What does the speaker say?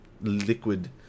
liquid